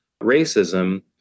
racism